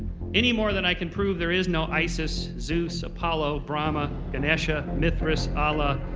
any more than i can prove there is no isis, zeus, apollo, brahma, ganesha, mithras, allah,